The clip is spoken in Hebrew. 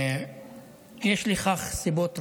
יש לכך סיבות רבות.